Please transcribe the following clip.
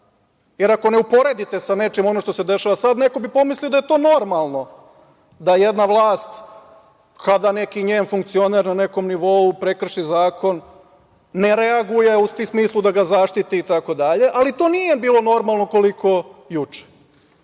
jer ako ne uporedite sa nečim ono što se dešava sad, neko bi pomislio da je to normalno da jedna vlast kada neki njih funkcioner na nekom nivou prekrši zakon ne reaguje, a u smislu da ga zaštiti i tako dalje ali to nije bilo normalno koliko juče.